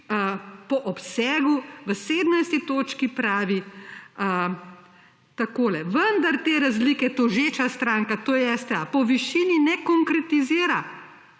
po obsegu. V 17. točki pravi takole: »vendar te razlike tožeča stranka«, to je STA, »po višini ne konkretizira«.